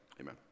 amen